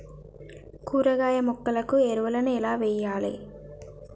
కూరగాయ మొక్కలకు ఎరువులను ఎలా వెయ్యాలే?